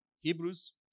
Hebrews